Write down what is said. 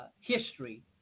history